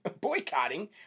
boycotting